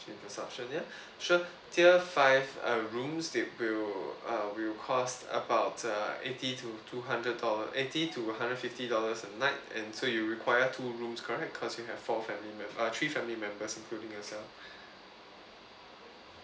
check this option here sure tier five uh room that will uh will cost about uh eighty to two hundred dollar eighty to hundred fifty dollars a night and so you require two rooms correct cause you have four family mem~ uh three family members including yourself